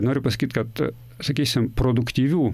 noriu pasakyt kad sakysim produktyvių